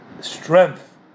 strength